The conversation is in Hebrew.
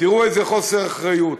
תראו איזה חוסר אחריות.